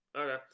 Okay